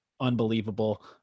unbelievable